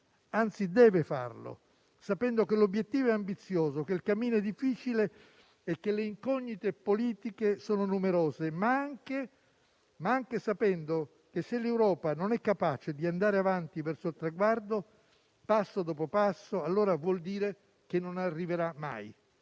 anzi, deve farlo, sapendo che l'obiettivo è ambizioso, che il cammino difficile e che le incognite politiche sono numerose, ma anche sapendo che, se l'Europa non è capace di andare avanti verso il traguardo passo dopo passo, non arriverà mai.